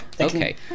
Okay